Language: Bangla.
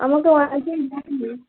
আমাকে অনেকেই বললো